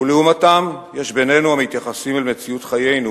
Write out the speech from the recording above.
ולעומתם, יש בינינו המתייחסים אל מציאות חיינו